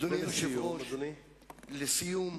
אדוני היושב-ראש, לסיום,